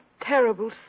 terrible